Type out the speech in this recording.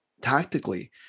tactically